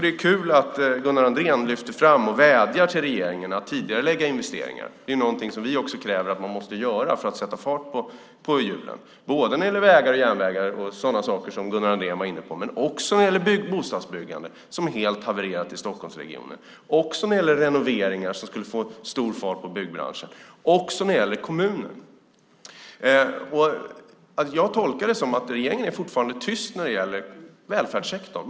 Det är kul att Gunnar Andrén vädjar till regeringen att tidigarelägga investeringar. Det är någonting som också vi kräver att man gör för att sätta fart på hjulen. Det kan gälla vägar och järnvägar och sådana saker, som Gunnar Andrén var inne på, men det kan också gälla bostadsbyggandet som helt har havererat i Stockholmsregionen. Det kan gälla renoveringar, något som skulle få stor fart på byggbranschen. Det kan också gälla kommunerna. Jag tolkar det som att regeringen fortfarande är tyst när det gäller välfärdssektorn.